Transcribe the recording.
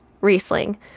Riesling